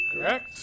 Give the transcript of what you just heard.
Correct